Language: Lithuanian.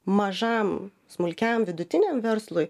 mažam smulkiam vidutiniam verslui